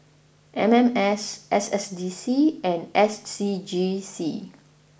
M M S S S D C and S C G C